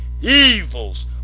evils